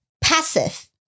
passive